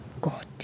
God